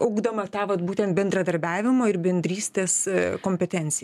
ugdoma ta vat būtent bendradarbiavimo ir bendrystės kompetencija